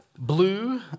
...blue